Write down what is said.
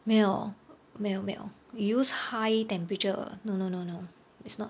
没有没有没有 you use high temperature no no no no it's not